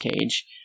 cage